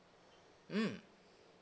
mm